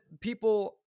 people